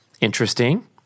Interesting